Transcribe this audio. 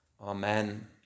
Amen